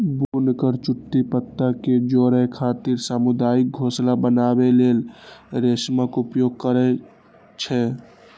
बुनकर चुट्टी पत्ता कें जोड़ै खातिर सामुदायिक घोंसला बनबै लेल रेशमक उपयोग करै छै